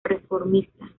reformista